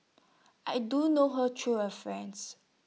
I do know her through A friend